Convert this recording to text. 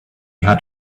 had